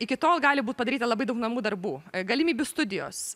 iki tol gali būt padaryta labai daug namų darbų galimybių studijos